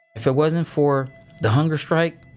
if it wasn't for the hunger strike,